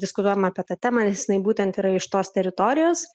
diskutuojam apie tą temą nes jinai būtent yra iš tos teritorijos